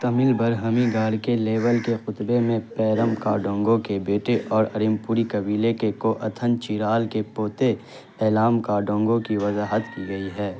تمل برہمی غاڑ کے لیبل کے کتبے میں پیرم کاڈونگو کے بیٹے اور ارمپوری کبیلے کے کواتھن چیرال کے پوتے ایلام کاڈونگو کی وضاحت کی گئی ہے